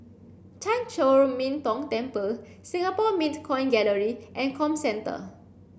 Chan Chor Min Tong Temple Singapore Mint Coin Gallery and Comcentre